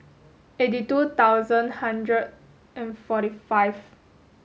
eighty two thousand hundred and forty five